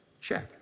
check